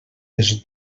des